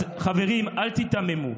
אז חברים, אל תיתממו.